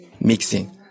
mixing